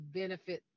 benefit